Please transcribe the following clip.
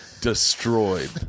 destroyed